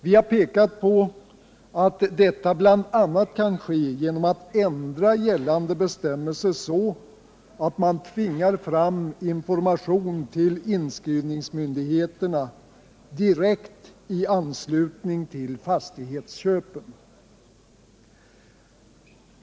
Vi har pekat på att detta bl.a. kan ske genom att ändra gällande bestämmelser så att man tvingar fram information till inskrivningsmyndigheterna direkt i anslutning till fastighetsköpen.